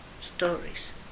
stories